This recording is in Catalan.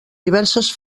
diverses